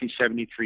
1973